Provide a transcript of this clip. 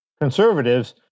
conservatives